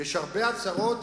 יש הרבה הצהרות,